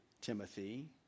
Timothy